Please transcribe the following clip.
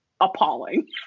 appalling